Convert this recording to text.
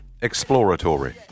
Exploratory